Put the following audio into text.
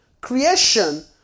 Creation